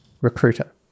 recruiter